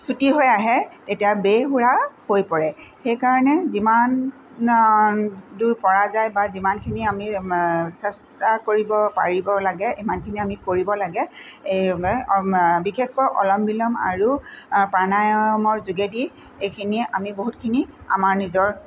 চুটি হৈ আহে তেতিয়া বেসুৰা হৈ পৰে সেইকাৰণে যিমান দূৰ পৰা যায় বা যিমানখিনি আমি চেষ্টা কৰিব পাৰিব লাগে ইমানখিনি আমি কৰিব লাগে বিশেষকৈ অলম বিলম আৰু প্ৰাণায়ামৰ যোগেদি এইখিনিয়ে আমাৰ বহুতখিনি আমাৰ নিজৰ